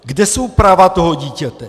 Kde jsou práva toho dítěte?